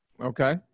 Okay